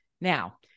Now